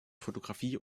fotografie